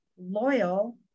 loyal